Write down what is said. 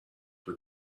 with